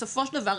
בסופו של דבר,